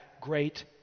great